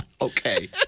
Okay